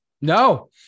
No